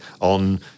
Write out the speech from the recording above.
on